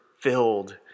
filled